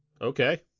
Okay